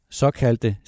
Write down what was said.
såkaldte